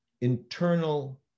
internal